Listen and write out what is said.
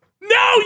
No